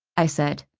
i said.